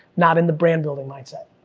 not in the brand building mindset,